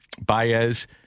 Baez